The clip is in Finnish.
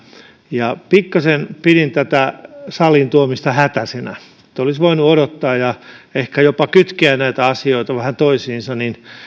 pikkasen pidin tätä saliin tuomista hätäisenä olisi voinut odottaa ja ehkä jopa kytkeä näitä asioita vähän toisiinsa